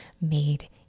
made